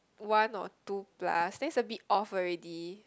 one or two plus then it's a bit off already